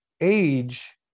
age